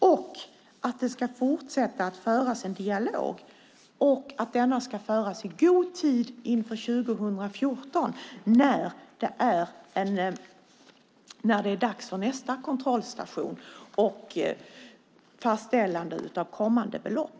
Det ska dessutom fortsatt föras en dialog och denna ska föras i god tid inför 2014 när det är dags för nästa kontrollstation och fastställande av kommande belopp.